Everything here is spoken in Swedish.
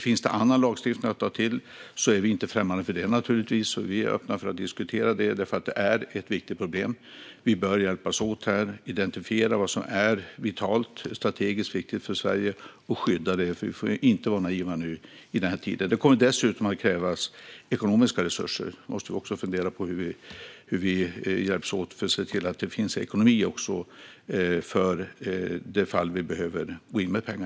Om det finns annan lagstiftning att ta till är vi inte främmande för det. Vi är öppna för att diskutera detta, för det är ett viktigt problem. Vi behöver hjälpas åt här och identifiera vad som är vitalt och strategiskt viktigt för Sverige och skydda det. Vi får inte vara naiva nu i dessa tider. Dessutom kommer ekonomiska resurser att krävas, och vi måste fundera på hur vi kan hjälpas åt för att se till att det finns ekonomi för det fall att vi behöver gå in med pengar.